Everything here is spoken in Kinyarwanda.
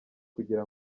kugira